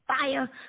fire